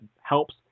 helps